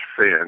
fan